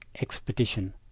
expedition